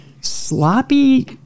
Sloppy